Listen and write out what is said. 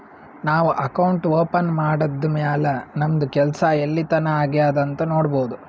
ನಾವು account open ಮಾಡದ್ದ್ ಮ್ಯಾಲ್ ನಮ್ದು ಕೆಲ್ಸಾ ಎಲ್ಲಿತನಾ ಆಗ್ಯಾದ್ ಅಂತ್ ನೊಡ್ಬೋದ್